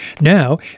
Now